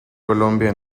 colombia